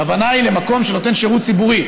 הכוונה היא למקום שנותן שירות ציבורי.